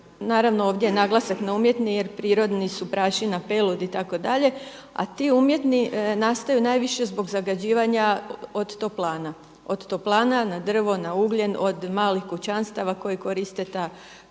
Naravno ovdje je naglasak na umjetni, jer prirodni su prašina, pelud itd. A ti umjetni nastaju najviše zbog zagađivanja od toplana, od toplana na drvo, na ugljen, od malih kućanstava koji koriste ta